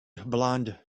blond